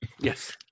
yes